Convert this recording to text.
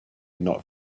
not